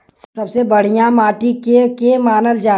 सबसे बढ़िया माटी के के मानल जा?